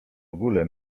ogóle